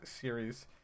series